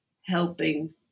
helping